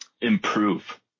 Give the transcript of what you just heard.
improve